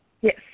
Yes